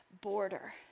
border